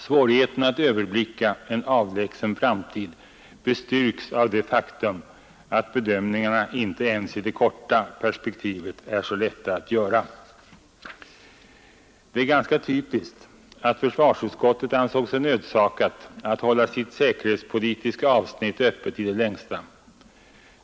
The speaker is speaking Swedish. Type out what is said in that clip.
Svårigheterna att överblicka en avlägsen framtid bestyrks av det faktum att bedömningar inte ens i det korta perspektivet är så lätta att göra. Det är ganska typiskt att försvarsutskottet ansåg sig nödsakat att hålla sitt säkerhetspolitiska avsnitt öppet i det längsta.